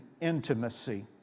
intimacy